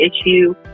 issue